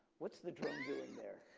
what's the drone doing there?